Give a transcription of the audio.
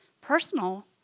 personal